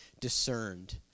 discerned